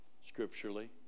scripturally